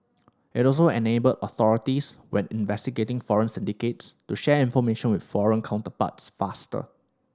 it also enable authorities when investigating foreign syndicates to share information with foreign counterparts faster